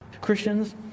Christians